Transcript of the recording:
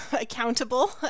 accountable